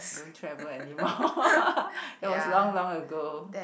don't travel anymore it was long long ago